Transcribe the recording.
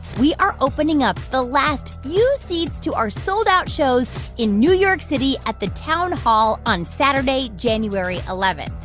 we are opening up the last few seats to our sold-out shows in new york city at the town hall on saturday, january eleven.